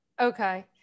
okay